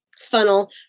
funnel